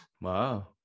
Wow